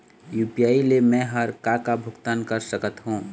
UPI ले मे हर का का भुगतान कर सकत हो?